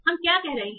हम क्या कह रहे हैं